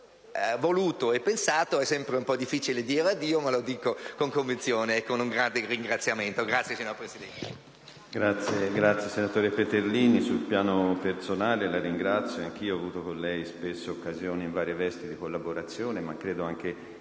Grazie, signor Presidente.